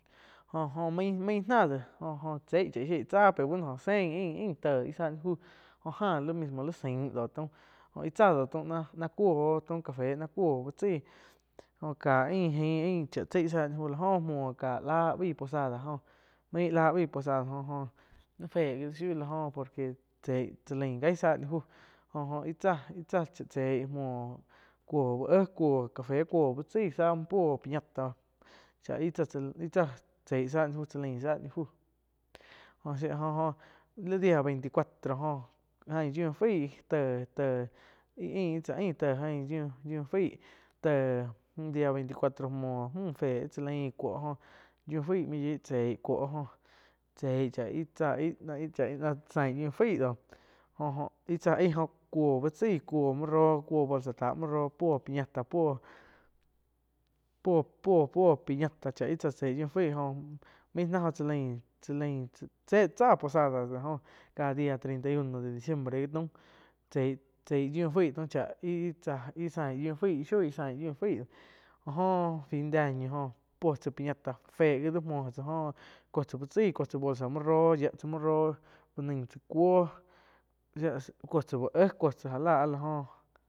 Jó-jo main-main náh de óh-óh chei chá ih sheí tsá pe ba no oh sein ain-ain téh ih záa ni fu, jo áh mismo li zain dau taum joh íh tzá do taum náh cuoh oh taum café nah cuoh uh chaí jo cá ain jai chá tsei zá ni fu jo muoh káh lá baih posada jo main lá baih posada jo-jo naih fé gi shiu la oh por que tsei cha lain jai záh ni fu, jó-jó ih tsáh, íh tsá cha cheíh, muoh cuoh búh éh cuó café cuoh úh chai zá muo puo piñata, chá ih tsá, íh tsá tsei záh ni fu cha lain záh ni fu jo shía jo-jo li diá veinti cuatro joh ain yiuh faí téh-téh íh ain tsá ain tein yiu-yiu téh dia veinti y cuatro muo mú féh chá lain cuoh, yiuh faih mi yoih tseí cuoh joh chéi cha ih tsáh chá ih náh sain yiuh faih do. Jo-jo íh tsá aih cuo uh chai cuoh mú rö cuoh bolsa tá müh roh, puo piñata puo-puo chái ih tsáh chei yiuh faí, jo main náh jo cha lain, chá lain tsá posada do jó ka dia treinta y uno de diciembre gi taum chei-chei yiuh fai. Chá ih tsá ih zain yiu fai, áh jo fin de año oh puoh tsá piñata fe gi da muo cuo tsá uh chai cuo tsá mü roh yia tsá mü roh uh nain cha kuo kuo tsá úh éh já lá áh la joh.